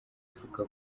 avuga